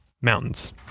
mountains